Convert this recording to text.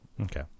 okay